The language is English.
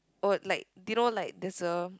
oh like do you know like there's a